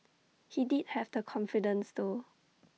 he did have the confidence though